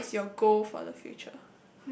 what is your goal for the future